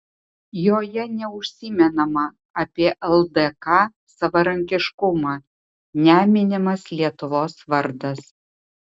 joje neužsimenama apie ldk savarankiškumą neminimas lietuvos vardas